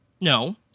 No